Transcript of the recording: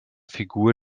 figur